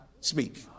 speak